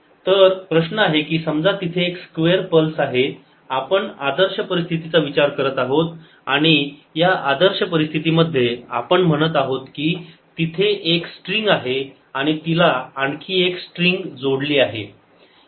तर प्रश्न आहे की समजा तिथे एक स्क्वेअर पल्स आहे आपण आदर्श परिस्थितीचा विचार करत आहोत आणि या आदर्श परिस्थितीमध्ये आपण म्हणत आहोत की तिथे एक स्ट्रिंग आहे आणि तिला आणखी एक स्ट्रिंग जोडली आहे